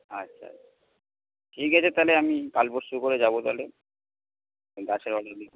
আচ্ছা আচ্ছা ঠিক আছে তাহলে আমি কাল পরশু করে যাব তাহলে গাছের অর্ডার দিতে